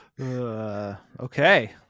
Okay